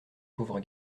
pauvre